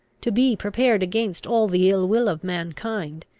to be prepared against all the ill-will of mankind,